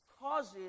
causes